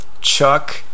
Chuck